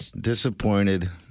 Disappointed